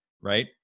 Right